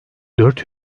dört